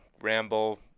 ramble